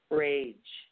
rage